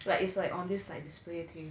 like it's like on this like display thing